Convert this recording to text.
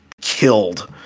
killed